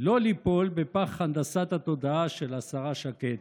לא ליפול בפח הנדסת התודעה של השרה שקד.